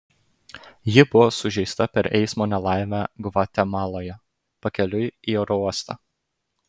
ji buvo sužeista per eismo nelaimę gvatemaloje pakeliui į oro uostą